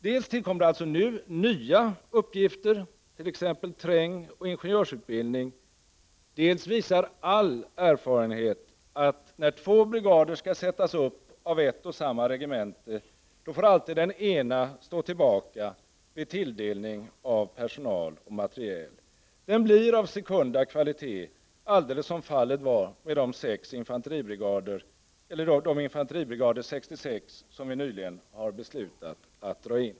Dels tillkommer alltså nu nya uppgifter, t.ex. trängoch ingenjörsutbildning, dels visar all erfarenhet att när två brigader skall sättas upp av ett och samma regemente, får alltid den ena stå tillbaka vid tilldelning av personal och materiel. Den blir av sekunda kvalitet, alldeles som fallet var med de sex infanteribrigader 66 som vi nyligen har beslutat att dra in.